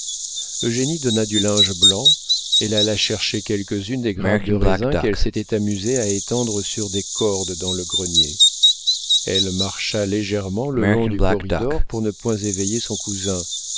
sortit eugénie donna du linge blanc elle alla chercher quelques-unes des grappes de raisin qu'elle s'était amusée à étendre sur des cordes dans le grenier elle marcha légèrement le long du corridor pour ne point éveiller son cousin